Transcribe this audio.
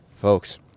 folks